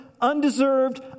undeserved